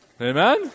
Amen